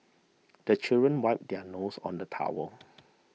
the children wipe their noses on the towel